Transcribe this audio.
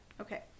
Okay